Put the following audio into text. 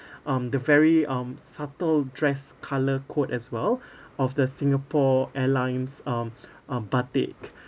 um the very um subtle dress colour code as well of the Singapore Airlines um um batik